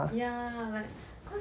ya like cause